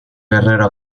guerrero